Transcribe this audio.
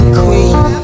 queen